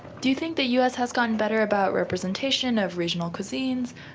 do you think the us has gotten better about representation of regional cuisines?